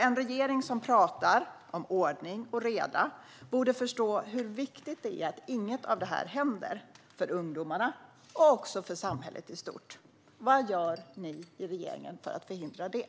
En regering som talar om ordning och reda borde förstå hur viktigt det är att inget av detta händer, både för ungdomarna och för samhället i stort. Vad gör ni i regeringen för att förhindra det?